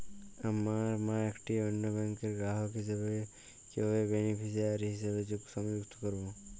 আমার মা একটি অন্য ব্যাংকের গ্রাহক হিসেবে কীভাবে বেনিফিসিয়ারি হিসেবে সংযুক্ত করব?